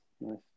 Nice